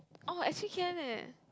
oh actually can eh